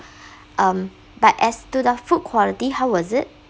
um but as to the food quality how was it